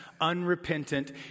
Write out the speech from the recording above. unrepentant